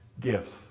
gifts